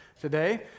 today